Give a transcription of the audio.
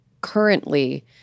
currently